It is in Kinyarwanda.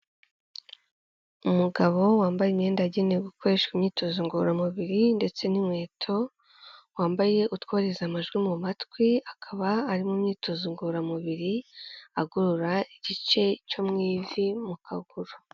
Umugabo wambaye imyenda yagenewe gukoreshwa imyitozo ngororamubiri ndetse n'inkweto. Wambaye utwohereza amajwi mu matwi. Akaba ari mu myitozo ngororamubiri agorora igice cyo mu ivi mu kaguru.